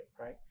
right